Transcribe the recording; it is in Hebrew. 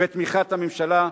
בתמיכת הממשלה,